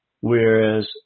whereas